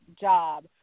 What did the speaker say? job